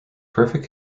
perfect